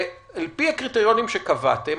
ועל פי הקריטריונים שקבעתם,